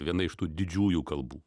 viena iš tų didžiųjų kalbų